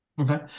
Okay